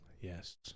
Yes